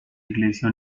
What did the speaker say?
iglesia